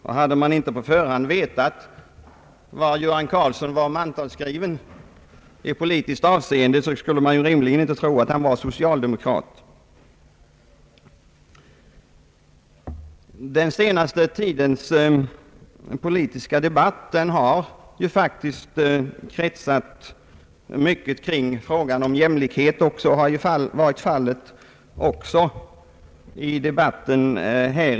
Om man inte på förhand vetat var herr Karlsson är mantalsskriven i politiskt avseende skulle man rimligen inte tro att han var socialdemokrat, när man hörde hans anförande. Den senaste tidens politiska debatt har ju faktiskt kretsat mycket kring frågan om jämlikhet och det har debatten här i dag också gjort.